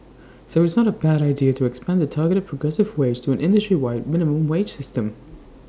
so IT is not A bad idea to expand the targeted progressive wage to an industry wide minimum wage system